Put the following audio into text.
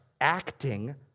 acting